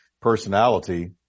personality